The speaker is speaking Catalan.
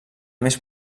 més